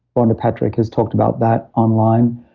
rhonda patrick has talked about that online.